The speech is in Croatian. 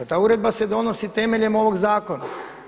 Pa ta uredba se donosi temeljem ovog zakona.